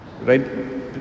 right